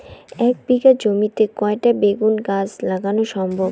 এক বিঘা জমিতে কয়টা বেগুন গাছ লাগানো সম্ভব?